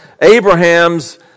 Abraham's